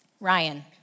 Ryan